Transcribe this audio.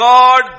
God